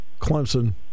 Clemson